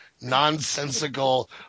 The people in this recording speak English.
nonsensical